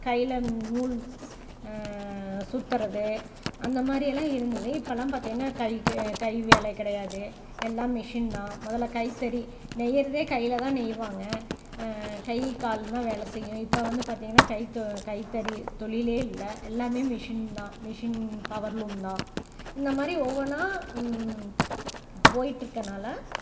கைலன் நூல் சுற்றுறது அந்த மாதிரி எல்லாம் இருந்தது இப்பெலாம் பார்த்தீங்கன்னா கைக்கு கை வேலை கிடையாது எல்லா மிஷின் தான் முதல்ல கைத்தறி நெய்கிறதே கையில் தான் நெய்வாங்க கை கால் தான் வேலை செய்யும் இப்போ வந்து பார்த்தீங்கன்னா கை தொ கைத்தறி தொழிலே இல்லை எல்லாமே மிஷின் தான் மெஷின் பவர் லூம் தான் இந்த மாதிரி ஒவ்வொன்றா போய்கிட்டு இருக்கனால்